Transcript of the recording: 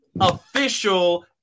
official